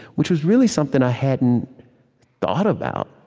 which was really something i hadn't thought about,